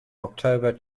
october